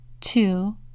two